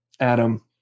Adam